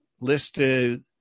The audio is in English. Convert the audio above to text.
listed